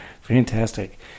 Fantastic